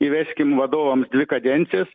įveskim vadovams dvi kadencijas